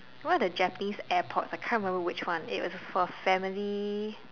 one of the Japanese airports I can't remember which one it was for the family